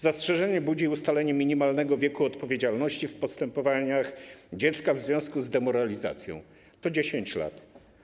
Zastrzeżenie budzi ustalenie minimalnego wieku odpowiedzialności w postępowaniach wobec dziecka w związku z demoralizacją - 10 lat.